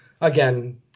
again